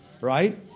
right